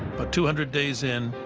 but two hundred days in,